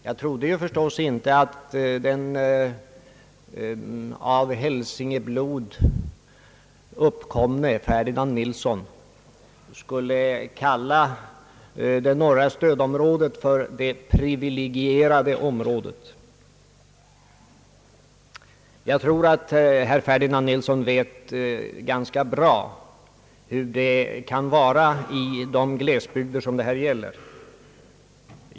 Jag trodde förstås inte att den av hälsingeblod komne Ferdinand Nilsson skulle kalla det norra stödområdet för det privilegierade området. Jag tror att herr Ferdinand Nilsson vet ganska bra hur det kan vara i de glesbygder som det här gäller.